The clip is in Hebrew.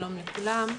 שלום לכולם.